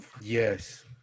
Yes